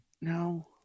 No